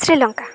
Sri Lanka